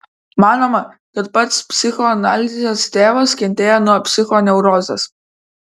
manoma kad pats psichoanalizės tėvas kentėjo nuo psichoneurozės